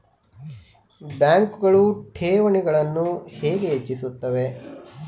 ಬ್ಯಾಂಕುಗಳು ಠೇವಣಿಗಳನ್ನು ಹೇಗೆ ಹೆಚ್ಚಿಸುತ್ತವೆ?